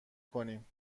کنیم